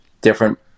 different